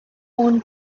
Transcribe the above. own